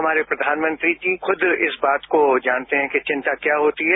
हमारे प्रधानमंत्री जी खुद इस बात को जानते हैं कि चिंता क्या होती है